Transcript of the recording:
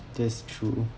that's true